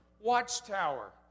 watchtower